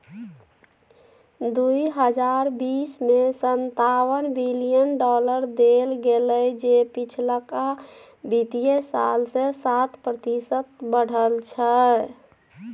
दुइ हजार बीस में सनतावन बिलियन डॉलर देल गेले जे पिछलका वित्तीय साल से सात प्रतिशत बढ़ल छै